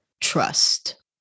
trust